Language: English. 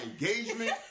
engagement